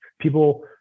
people